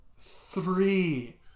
three